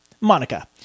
Monica